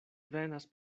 venas